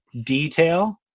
detail